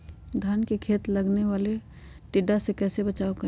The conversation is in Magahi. धान के खेत मे लगने वाले टिड्डा से कैसे बचाओ करें?